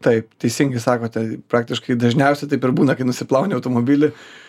taip teisingai sakote praktiškai dažniausiai taip ir būna kai nusiplauni automobilį tai